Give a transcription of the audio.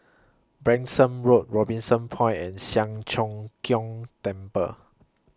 Branksome Road Robinson Point and Siang Cho Keong Temple